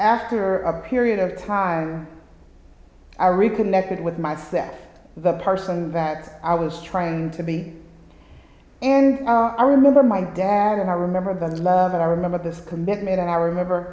after a period of time i reconnected with my sex the person that i was trying to be and i remember my dad and i remember the love and i remember this commitment and i remember